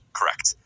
Correct